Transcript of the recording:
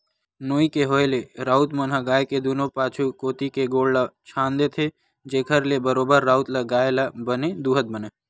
नोई के होय ले राउत मन ह गाय के दूनों पाछू कोती के गोड़ ल छांद देथे, जेखर ले बरोबर राउत ल गाय ल बने दूहत बनय